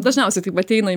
dažniausiai taip ateina į